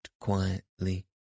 quietly